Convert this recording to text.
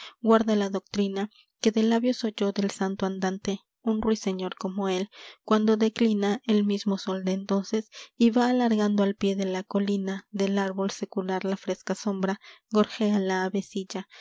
guarda la doctrina que de labios oyó del santo andante un ruiseñor como él cuando declina el mismo sol de entonces y va alargando al pie de la colina del árbol secular la fresca sombra gorjea la